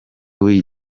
w’i